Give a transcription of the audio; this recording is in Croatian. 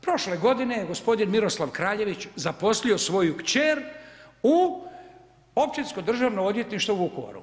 Prošle godine, je gospodin Miroslav Kraljević, zaposlio svoju kćer, u Općinsko državno odvjetništvo u Vukovaru.